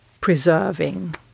preserving